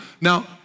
Now